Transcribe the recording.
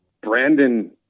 brandon